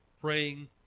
praying